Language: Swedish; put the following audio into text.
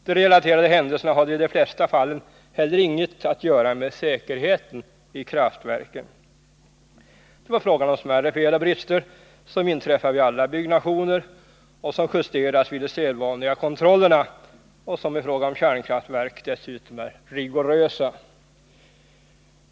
De relaterade händelserna hade i de flesta fall heller ingenting att göra med säkerheten i kraftverken. Det var frågan om smärre fel och brister som alltid inträffar vid byggnationer och som justeras vid de sedvanliga kontrollerna, som i fråga om kärnkraftverk dessutom är rigorösa.